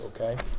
Okay